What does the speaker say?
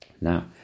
Now